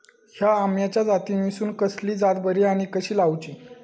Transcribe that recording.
हया आम्याच्या जातीनिसून कसली जात बरी आनी कशी लाऊची?